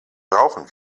brauchen